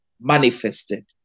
manifested